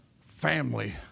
family